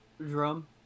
drum